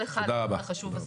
תודה לך על הדיון החשוב הזה.